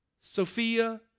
sophia